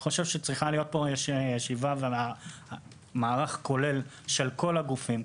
אני חושב שצריך לערוך פה ישיבה עם מערך כולל של כל הגופים,